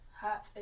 Hot